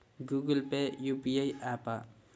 Google Pay UPI య్యాపా?